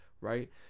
right